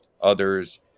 others